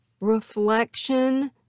reflection